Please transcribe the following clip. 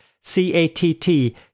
C-A-T-T